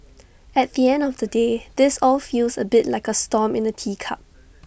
at the end of the day this all feels A bit like A storm in A teacup